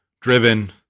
driven